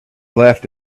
laughed